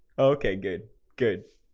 okay. good good